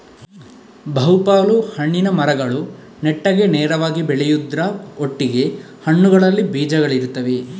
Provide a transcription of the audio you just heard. ಬಹು ಪಾಲು ಹಣ್ಣಿನ ಮರಗಳು ನೆಟ್ಟಗೆ ನೇರವಾಗಿ ಬೆಳೆಯುದ್ರ ಒಟ್ಟಿಗೆ ಹಣ್ಣುಗಳಲ್ಲಿ ಬೀಜಗಳಿರ್ತವೆ